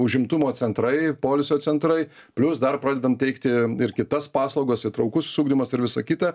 užimtumo centrai poilsio centrai plius dar pradedam teikti ir kitas paslaugas įtraukusis ugdymas ir visa kita